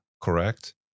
correct